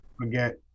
forget